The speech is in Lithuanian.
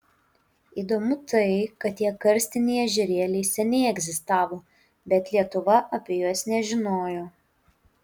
įdomu tai kad tie karstiniai ežerėliai seniai egzistavo bet lietuva apie juos nežinojo